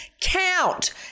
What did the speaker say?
count